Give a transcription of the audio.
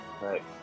Right